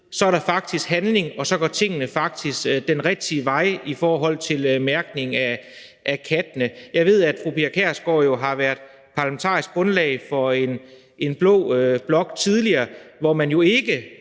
er sket handling, så tingene går den rigtige vej i forhold til mærkning af kattene. Jeg ved, at fru Pia Kjærsgaard har været parlamentarisk grundlag for en blå blok tidligere, hvor man jo ikke